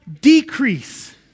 decrease